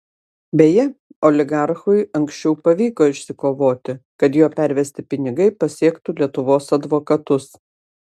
beje oligarchui anksčiau pavyko išsikovoti kad jo pervesti pinigai pasiektų lietuvos advokatus